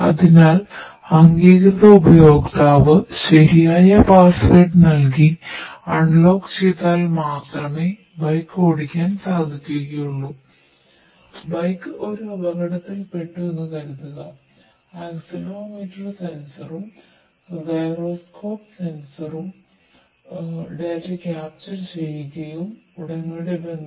അതിനാൽ അംഗീകൃത ഉപയോക്താവ് ശരിയായ പാസ്വേഡ് ഓടിക്കാൻ സാധിക്കുകയുള്ളു